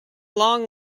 long